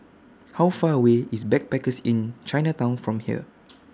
How Far away IS Backpackers Inn Chinatown from here